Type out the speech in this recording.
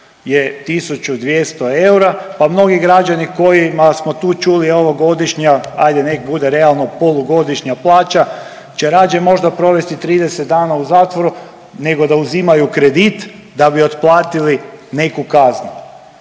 je 1 200 eura pa mnogi građani kojima smo tu čuli ovo godišnja, ajde, nek bude realno polugodišnja plaća će rađe možda provesti 30 dana u zatvoru nego da uzimaju kredit da bi otplatili neku kaznu.